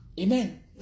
Amen